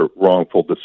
wrongful